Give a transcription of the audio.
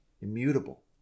immutable